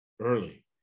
early